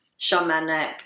shamanic